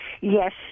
Yes